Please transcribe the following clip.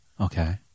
Okay